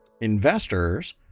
investors